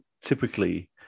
typically